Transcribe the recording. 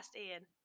Ian